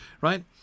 right